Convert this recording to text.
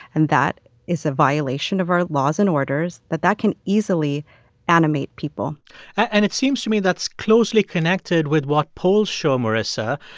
and that is a violation of our laws and orders that that can easily animate people and it seems to me that's closely connected with what polls show, marisa.